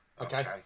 Okay